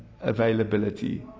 availability